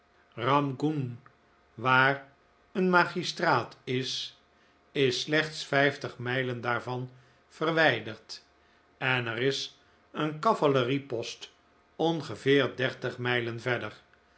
ramgunge waar een magistraat is is slechts vijftig mijlen daarvan verwijderd en er is een cavaleriepost ongeveer dertig mijlen verder